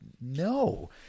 no